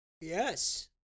Yes